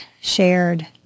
shared